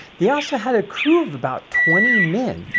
they also had a crew of about twenty men,